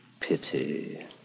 Pity